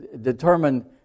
determined